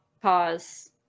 pause